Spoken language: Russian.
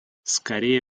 скорее